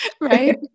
right